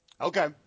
Okay